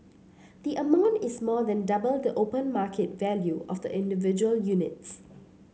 the amount is more than double the open market value of the individual units